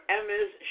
Emma's